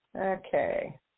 Okay